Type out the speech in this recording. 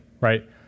right